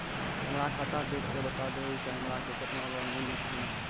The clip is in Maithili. हमरा खाता देख के बता देहु के हमरा के केतना लोन मिलथिन?